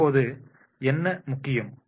இப்போது என்ன முக்கியம்